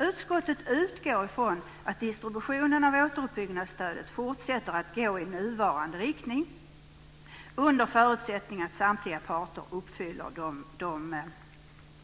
Utskottet utgår från att distributionen av återuppbyggnadsstödet fortsätter att gå i nuvarande riktning under förutsättning att samtliga parter uppfyller de